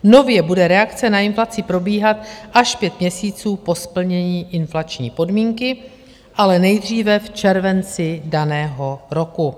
Nově bude reakce na inflaci probíhat až pět měsíců po splnění inflační podmínky, ale nejdříve v červenci daného roku.